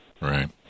Right